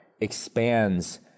expands